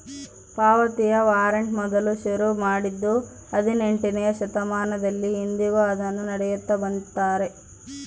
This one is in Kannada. ಪಾವತಿಯ ವಾರಂಟ್ ಮೊದಲು ಶುರು ಮಾಡಿದ್ದೂ ಹದಿನೆಂಟನೆಯ ಶತಮಾನದಲ್ಲಿ, ಇಂದಿಗೂ ಅದನ್ನು ನಡೆಸುತ್ತ ಬಂದಿದ್ದಾರೆ